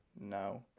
No